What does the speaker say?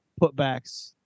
putbacks